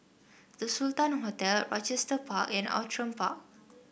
The Sultan Hotel Rochester Park and Outram Park